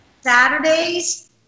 Saturdays